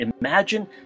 Imagine